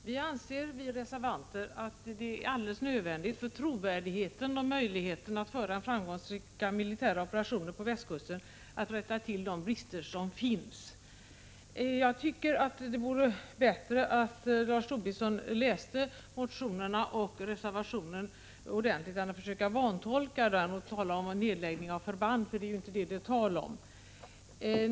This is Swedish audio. Herr talman! Vi reservanter anser att det är alldeles nödvändigt för trovärdigheten och möjligheterna att genomföra framgångsrika militära operationer på västkusten att rätta till de brister som finns. Jag tycker att det vore bättre om Lars Tobisson läste motionerna och reservationen ordentligt än att han försöker vantolka dem och tala om nedläggning av förband, för det är det inte tal om.